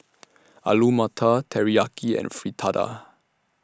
Alu Matar Teriyaki and Fritada